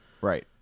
right